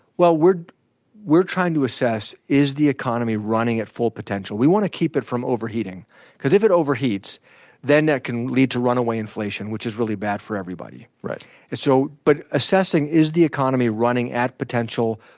well we're we're trying to assess is the economy running at full potential. we want to keep it from overheating because if it overheats then that can lead to runaway inflation which is really bad for everybody right so, but assessing is the economy running at potential,